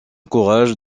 courage